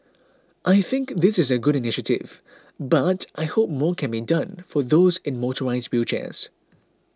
I think this is a good initiative but I hope more can be done for those in motorised wheelchairs